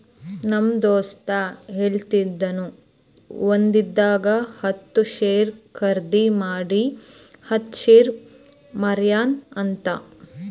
ನಮ್ ದೋಸ್ತ ಹೇಳತಿನು ಒಂದಿಂದಾಗ ಹತ್ತ್ ಶೇರ್ ಖರ್ದಿ ಮಾಡಿ ಹತ್ತ್ ಶೇರ್ ಮಾರ್ಯಾನ ಅಂತ್